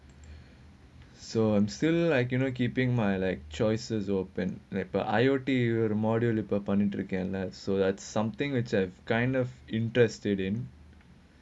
so I'm still like you know keeping my like choices open like the I_O_T the module the so that's something which I've kind of interested in